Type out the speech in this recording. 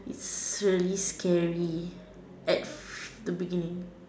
it's really scary at the beginning